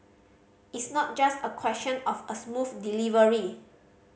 it's not just a question of a smooth delivery